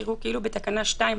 יראו כאילו בתקנה 2,